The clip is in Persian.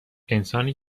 انسانی